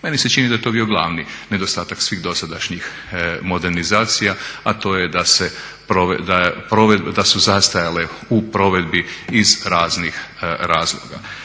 Meni se čini da je to bio glavni nedostatak svih dosadašnjih modernizacija, a to je da su zastajale u provedbi iz raznih razloga.